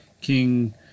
King